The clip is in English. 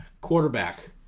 quarterback